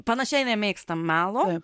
panašiai nemėgstam melo